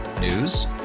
News